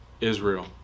Israel